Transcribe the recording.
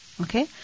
Okay